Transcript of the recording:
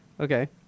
okay